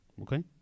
okay